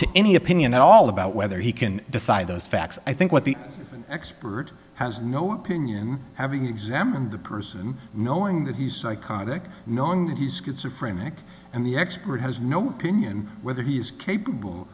to any opinion at all about whether he can decide those facts i think what the expert has no opinion having examined the person knowing that he's psychotic knowing that he's schizophrenia and the expert has no opinion whether he is capable